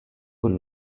quel